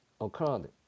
occurred